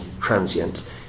transient